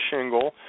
shingle